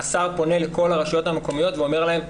השר פונה לכל הרשויות המקומיות ואומר להם,